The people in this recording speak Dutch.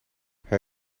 hij